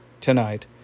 Tonight